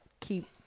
keep